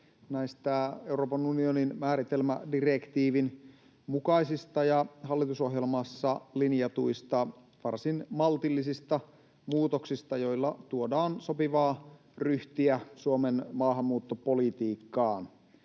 näistä Euroopan unionin määritelmädirektiivin mukaisista ja hallitusohjelmassa linjatuista varsin maltillisista muutoksista, joilla tuodaan sopivaa ryhtiä Suomen maahanmuuttopolitiikkaan